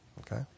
Okay